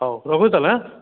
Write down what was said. ହଉ ରଖୁଛି ତା'ହେଲେ ହେଁ